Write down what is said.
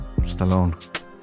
Stallone